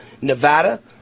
Nevada